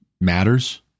matters